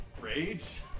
rage